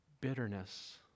Bitterness